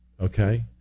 okay